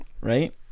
Right